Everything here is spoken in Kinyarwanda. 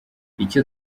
icyo